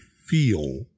feel